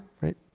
right